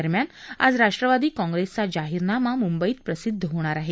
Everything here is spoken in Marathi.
दरम्यान आज राष्ट्रवादी काँप्रेसचा जाहीरनामा मुंबईत प्रसिद्ध होणार आहे